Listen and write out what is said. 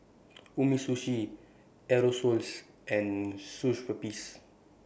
Umisushi Aerosoles and Schweppes